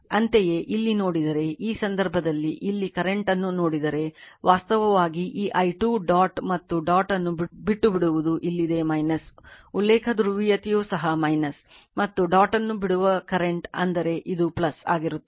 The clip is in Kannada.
ಅಂತೆಯೇ ಇಲ್ಲಿ ನೋಡಿದರೆ ಈ ಸಂದರ್ಭದಲ್ಲಿ ಇಲ್ಲಿ ಕರೆಂಟ್ ಅನ್ನು ನೋಡಿದರೆ ವಾಸ್ತವವಾಗಿ ಈ i 2 ಡಾಟ್ ಮತ್ತು ಡಾಟ್ ಅನ್ನು ಬಿಟ್ಟುಬಿಡುವುದು ಇಲ್ಲಿದೆ ಉಲ್ಲೇಖ ಧ್ರುವೀಯತೆಯೂ ಸಹ ಮತ್ತು ಡಾಟ್ ಅನ್ನು ಬಿಡುವ ಕರೆಂಟ್ ಅಂದರೆ ಇದು ಆಗಿರುತ್ತದೆ